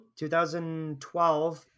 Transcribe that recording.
2012